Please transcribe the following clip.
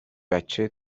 بچه